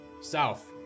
South